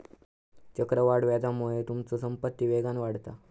चक्रवाढ व्याजामुळे तुमचो संपत्ती वेगान वाढता